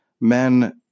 men